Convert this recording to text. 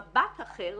מבט אחר,